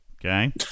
Okay